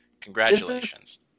congratulations